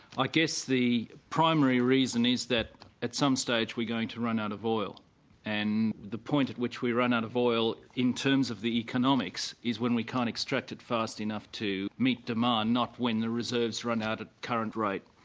i guess the primary reason is that at some stage we're going to run out of oil and the point at which we run out of oil in terms of the economics is when we can't extract it fast enough to meet demand not when the reserves run out at current rate.